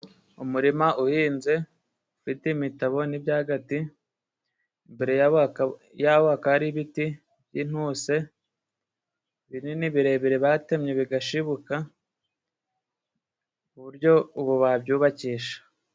Umurima uhinze ufite imitabo n'byagati, imbere ya ho hakaba hari ibiti by'intuse binini, birebire, batemye bigashibuka, ku buryo ubu babyubakisha.